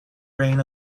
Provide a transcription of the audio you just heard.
reign